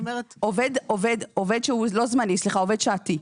עובד שהוא, לא זמני, סליחה, עובד שעתי.